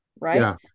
right